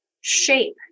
shape